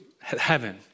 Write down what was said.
heaven